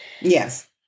Yes